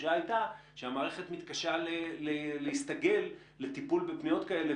התחושה הייתה שהמערכת מתקשה להסתגל לטיפול בפניות כאלה,